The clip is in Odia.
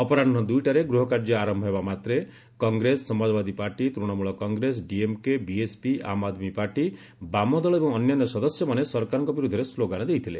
ଅପରାହ୍ନ ଦୁଇଟାରେ ଗୃହ କାର୍ଯ୍ୟ ଆରମ୍ଭ ହେବା ମାତ୍ରେ Congress Samajwadi party Trinamool Congress DMK BSP Aam Aadmi party ବାମଦଳ ଏବଂ ଅନ୍ୟାନ୍ୟ ସଦସ୍ୟମାନେ ସରକାରଙ୍କ ବିରୁଦ୍ଧରେ ସ୍ଲୋଗାନ ଦେଇଥିଲେ